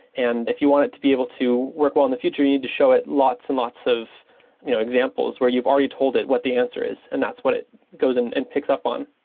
and if you want it to be able to work well in the future, you need to show it lots and lots of examples where you've already told it what the answer is, and that's what it goes and picks up on.